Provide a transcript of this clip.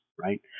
right